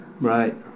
Right